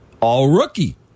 all-rookie